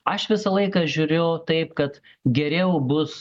aš visą laiką žiūriu taip kad geriau bus